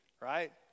right